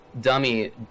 dummy